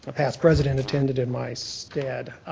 past president, attended in my stead.